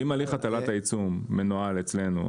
אם הליך הטלת העיצום מנוהל על עצמנו,